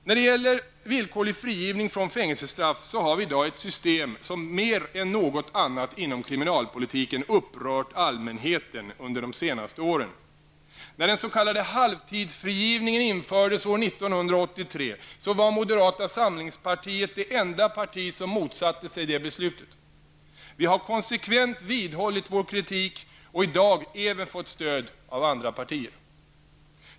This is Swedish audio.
När det gäller villkorlig frigivning från fängelsestraff har vi i dag ett system som mer än något annat inom kriminalpolitiken upprört allmänheten under de senaste åren. När den s.k. halvtidsfrigivningen infördes år 1983 var moderata samlingspartiet det enda parti som motsatte sig beslutet. Vi har konsekvent vidhållit vår kritik och i dag även fått stöd av andra partier.